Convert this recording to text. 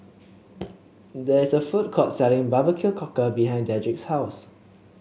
there is a food court selling Barbecue Cockle behind Dedric's house